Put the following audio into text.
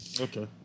okay